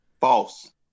False